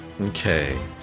Okay